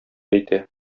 әйтә